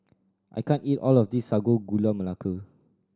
I can't eat all of this Sago Gula Melaka